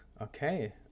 Okay